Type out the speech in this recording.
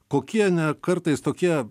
kokie na kartais tokie